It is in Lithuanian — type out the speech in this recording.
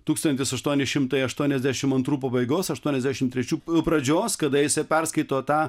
tūkstantis aštuoni šimtai aštuoniasdešimt antrų pabaigos aštuoniasdešimt trečių pradžios kada jisai perskaito tą